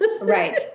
Right